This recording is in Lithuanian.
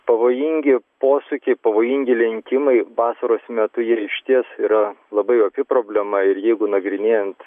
pavojingi posūkiai pavojingi lenkimai vasaros metu jie išties yra labai opi problema ir jeigu nagrinėjant